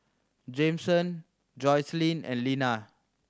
Jameson Joycelyn and Linna